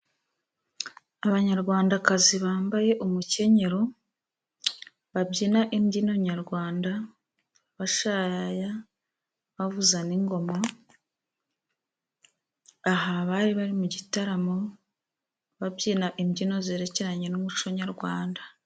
Abanyarwandakazi bambaye umukenyero babyina imbyino nyarwanda bashayaya, bavuza n'ingoma ,aha bari bari mu gitaramo babyina imbyino zerekeranye n'umuco nyarwanda.